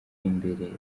imbere